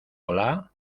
hola